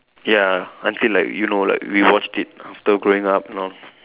ya until like you know like we watch it after growing up and all